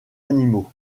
animaux